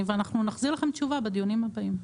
ואנחנו נחזיר לכם תשובה בדיונים הבאים.